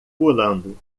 pulando